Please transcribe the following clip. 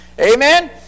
Amen